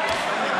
החוצה.